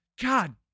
God